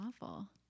awful